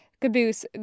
Caboose